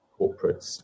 corporates